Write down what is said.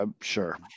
Sure